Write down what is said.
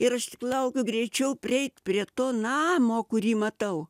ir aš tik laukiu greičiau prieit prie to namo kurį matau